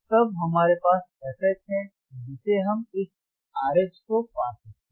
तब हमारे पास fH है जिससे हम इस RH को पा सकते हैं